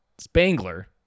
Spangler